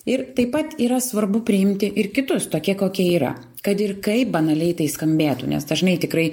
ir taip pat yra svarbu priimti ir kitus tokie kokie yra kad ir kaip banaliai tai skambėtų nes dažnai tikrai